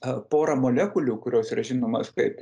a porą molekulių kurios yra žinomas kaip